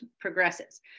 progresses